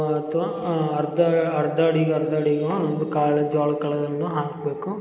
ಅಥವಾ ಅರ್ಧ ಅರ್ಧ ಅಡಿಗೆ ಅರ್ಧ ಅಡಿಗೂ ಒಂದು ಕಾಳು ಜೋಳ ಕಾಳನ್ನು ಹಾಕಬೇಕು